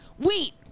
wait